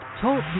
Talk